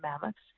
mammoths